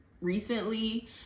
recently